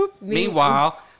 Meanwhile